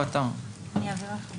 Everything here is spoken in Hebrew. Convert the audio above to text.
הייתי מעוניין